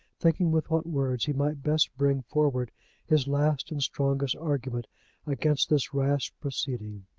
thinking with what words he might best bring forward his last and strongest argument against this rash proceeding.